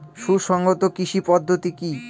সুসংহত কৃষি পদ্ধতি কি?